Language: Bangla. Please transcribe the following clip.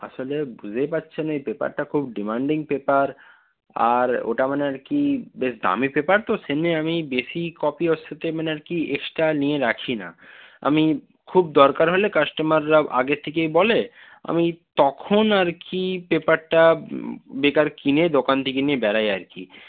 আসলে বুঝতেই পারছেন এই পেপারটা খুব ডিমান্ডিং পেপার আর ওটা মানে আর কি বেশ দামি পেপার তো সেই জন্যে আমি বেশি কপি ওর সাথে মানে আর কি এক্সট্রা নিয়ে রাখি না আমি খুব দরকার হলে কাস্টমাররা আগে থেকেই বলে আমি তখন আর কি পেপারটা বেকার কিনে দোকান থেকে নিয়ে বেরোই আর কি